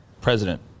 president